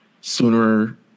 sooner